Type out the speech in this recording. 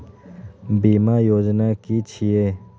बीमा योजना कि छिऐ?